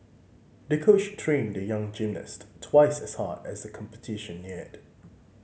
the coach trained the young gymnast twice as hard as the competition neared